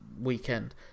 weekend